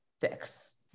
fix